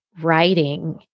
writing